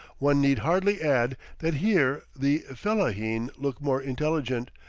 one need hardly add that here the fellaheen look more intelligent,